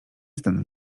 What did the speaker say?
znanym